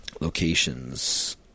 Locations